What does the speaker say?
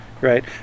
right